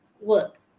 work